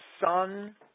son